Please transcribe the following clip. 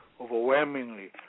overwhelmingly